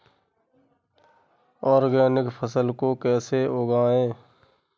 Organic फसल को कैसे उगाएँ?